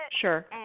Sure